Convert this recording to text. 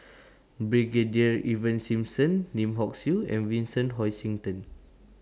Brigadier Ivan Simson Lim Hock Siew and Vincent Hoisington